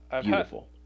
Beautiful